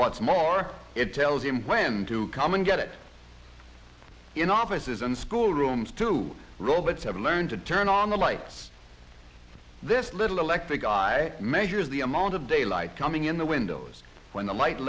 what's more it tells him when to come and get it in offices and school rooms two robots have learned to turn on the lights this little electric eye measures the amount of daylight coming in the windows when the light